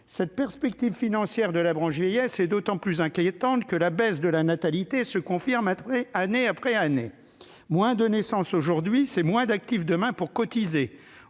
Cette perspective financière de la branche vieillesse est d'autant plus inquiétante que la baisse de la natalité se confirme année après année. Moins de naissances aujourd'hui, c'est moins d'actifs demain pour cotiser.